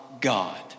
God